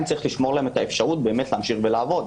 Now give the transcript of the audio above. צריך לשמור להן את האפשרות להמשיך לעבוד.